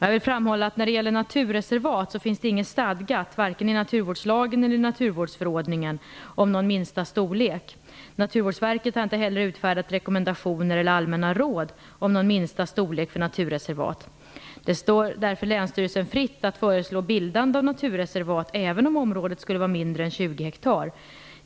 Jag vill framhålla att det när det gäller naturreservat inte finns något stadgat, vare sig i naturvårdslagen eller i naturvårdsförordningen, om någon minsta storlek. Naturvårdsverket har inte heller utfärdat rekommendationer eller allmänna råd om någon minsta storlek för naturreservat. Det står därför länsstyrelsen fritt att föreslå bildande av naturreservat även om området skulle vara mindre än 20 hektar.